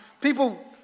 people